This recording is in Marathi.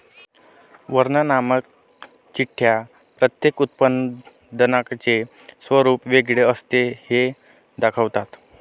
वर्णनात्मक चिठ्ठ्या प्रत्येक उत्पादकाचे स्वरूप वेगळे असते हे दाखवतात